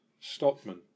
Stockman